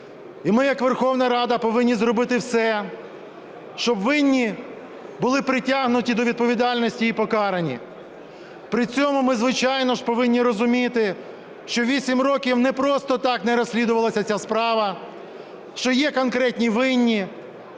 і ми як Верховна Рада повинні зробити все, щоб винні були притягнуті до відповідальності й покарані. При цьому ми, звичайно, повинні розуміти, що 8 років не просто так не розслідувалася ця справа, що є конкретні винні,